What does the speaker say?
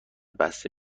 بسته